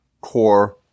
core